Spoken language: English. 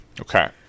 Okay